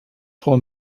frau